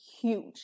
huge